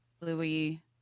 Louis